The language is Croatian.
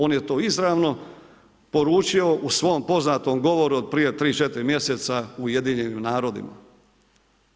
On je to izravno poručio u svoj poznatom govoru od prije 3-4 mjeseca u UN-u.